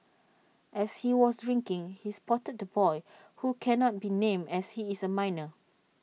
as he was drinking he spotted the boy who cannot be named as he is A minor